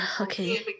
Okay